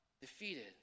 defeated